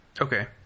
Okay